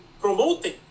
promoting